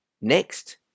Next